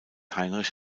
heinrich